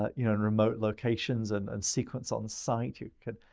ah you know, remote locations and and sequence on site. you can,